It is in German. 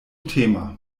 thema